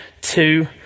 two